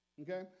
Okay